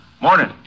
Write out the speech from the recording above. Morning